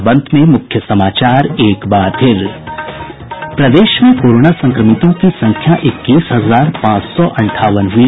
और अब अंत में मुख्य समाचार प्रदेश में कोरोना संक्रमितों की संख्या इक्कीस हजार पांच सौ अंठावन हई